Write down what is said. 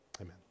Amen